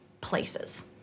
places